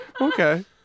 okay